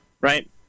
right